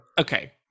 Okay